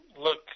look